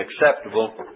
acceptable